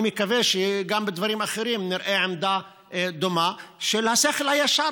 אני מקווה שגם בדברים אחרים נראה עמדה דומה של השכל הישר,